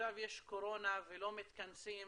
שעכשיו יש קורונה ולא מתכנסים,